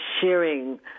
sharing